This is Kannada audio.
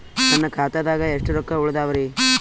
ನನ್ನ ಖಾತಾದಾಗ ಎಷ್ಟ ರೊಕ್ಕ ಉಳದಾವರಿ?